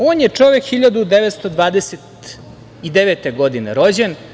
On je čovek 1929. godine rođen.